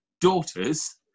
daughters